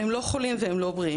הם לא בריאים ולא חולים,